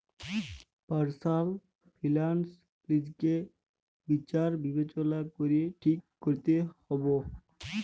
personal finance লিজকে বিচার বিবচলা ক্যরে ঠিক ক্যরতে হুব্যে